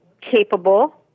capable